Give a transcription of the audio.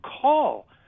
call